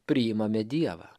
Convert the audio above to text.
priimame dievą